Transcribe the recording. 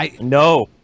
No